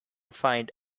find